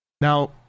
Now